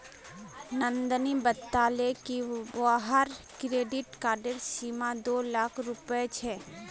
नंदनी बताले कि वहार क्रेडिट कार्डेर सीमा दो लाख रुपए छे